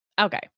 Okay